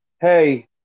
hey